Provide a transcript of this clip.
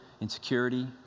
insecurity